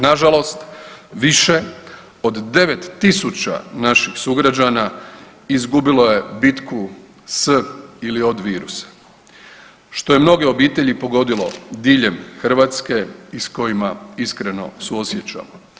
Nažalost više od 9000 naših sugrađana izgubilo je bitku s ili od virusa, što je mnoge obitelji pogodilo diljem Hrvatske i s kojima iskreno suosjećamo.